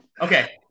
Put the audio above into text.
Okay